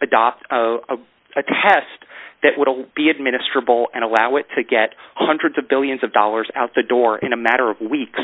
adopt a test that would only be administered bowl and allow it to get hundreds of billions of dollars out the door in a matter of weeks